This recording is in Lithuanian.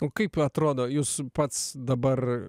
o kaip atrodo jūs pats dabar